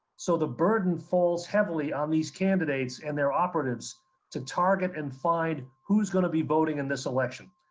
so, the burden falls heavily on these candidates and their operatives to target and find who's gonna be voting in this election.